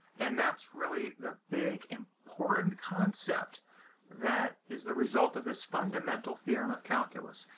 and that's really the big important concept that is the result of this fundamental theorem of calculus.